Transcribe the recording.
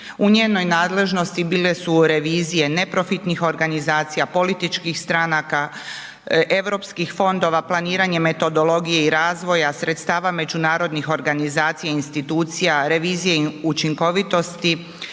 U njenoj nadležnosti bile su revizije neprofitnih organizacija, političkih stranaka, europskih fondova, planiranje metodologije i razvoja, sredstava međunarodnih organizacija i institucija, revizije učinkovitosti,